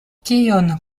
kion